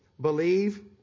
Believe